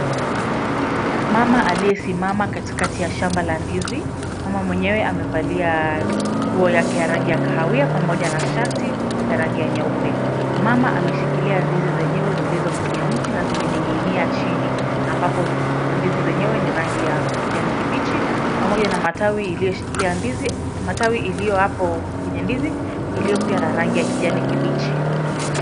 Mama aliyesimama katikati ya shamba la ndizi. Mama mwenyewe amevalia nguo yake ya rangi ya kahawia pamoja na shati la rangi ya nyeupe. Mama ameshikilia ndizi zenyewe zilizo kwenye mti na zimenining'inia chini. Ambapo ndizi zenyewe ni rangi ya kijani kibichi, pamoja na matawi iliyoshikilia ndizi, matawi iliyo hapo kwenye ndizi iliyo pia na rangi ya kijani kibichi.